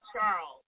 Charles